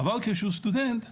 אבל כשהוא סטודנט,